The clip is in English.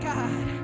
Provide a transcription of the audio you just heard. God